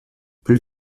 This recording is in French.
plus